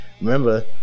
remember